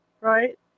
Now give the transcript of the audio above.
Right